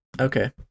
okay